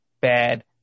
bad